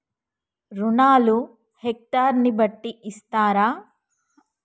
రుణాలు హెక్టర్ ని బట్టి ఇస్తారా?